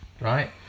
right